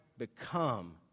become